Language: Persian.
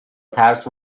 ترس